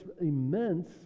immense